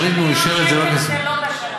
אני חושבת ש-50 מיליון שקל זה לא בשמיים.